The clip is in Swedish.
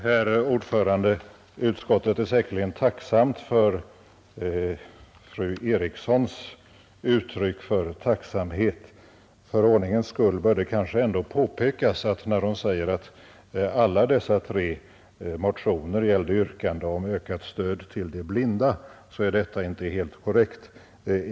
Herr talman! Utskottet är säkerligen tacksamt för fru Erikssons i Stockholm uttryck av tacksamhet. För ordningens skull bör det kanske ändå påpekas att när hon säger att alla dessa tre motioner gällde yrkande om ökat stöd till de blinda, så är detta inte helt korrekt.